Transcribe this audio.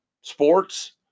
sports